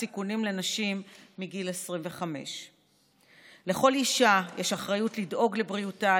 סיכונים לנשים מגיל 25. לכל אישה יש אחריות לדאוג לבריאותה,